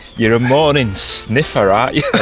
you're a morning sniffer aren't yeah